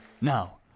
Now